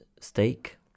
steak